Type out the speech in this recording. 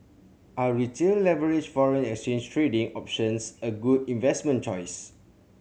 are retail leveraged foreign exchange trading options a good investment choice